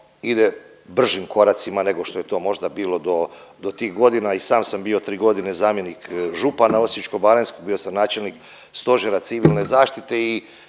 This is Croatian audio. ide bržim koracima nego što je to možda bilo do, do tih godina i sam sam bio 3.g. zamjenik župana Osječko-baranjskog, bio sam načelnik Stožera civilne zaštite i